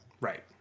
Right